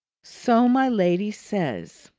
so my lady says.